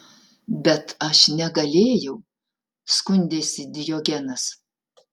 bet aš negalėjau skundėsi diogenas